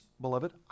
beloved